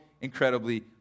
incredibly